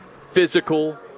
physical